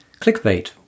Clickbait